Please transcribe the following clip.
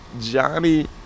Johnny